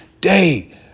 day